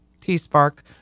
T-Spark